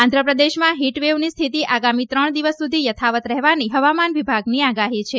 આંધ્રપ્રદેશમાં હીટવેવની સ્થિતિ આગામી ત્રણ દિવસ સુધી યથાવત રહેવાની હવામાન વિભાગની આગાહી છે